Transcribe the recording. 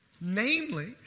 Namely